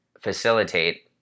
facilitate